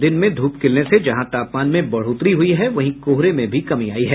दिन में धूप खिलने से जहां तापमान में बढ़ोत्तरी हुई है वहीं कोहरे में भी कमी आयी है